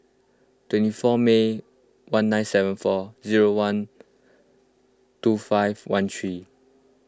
twenty four May one nine seven four zero one two five one three